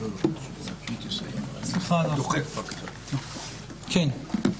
סליחה על ההפרעה, כן?